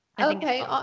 Okay